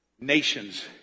Nations